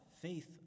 faith